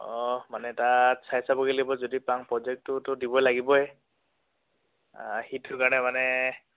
অঁ মানে তাত চাই চাবগে লাগিব যদি পাম প্ৰজেক্টটোতো দিব লাগিবই সিটোৰ কাৰণে মানে